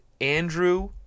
Andrew